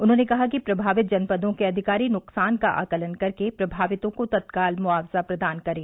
उन्होंने कहा कि प्रभावित जनपदों के अधिकारी नुकसान का आकलन करके प्रभावितों को तत्काल मुआवजा प्रदान करें